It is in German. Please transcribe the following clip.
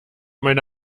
meine